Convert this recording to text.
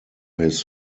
his